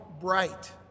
bright